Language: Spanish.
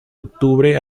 octubre